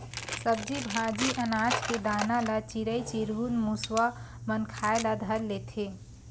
सब्जी भाजी, अनाज के दाना ल चिरई चिरगुन, मुसवा मन खाए ल धर लेथे